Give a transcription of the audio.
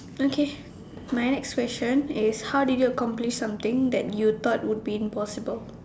okay my next question is how do you accomplish something that you thought would be impossible